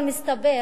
אבל מסתבר